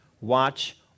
watch